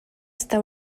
està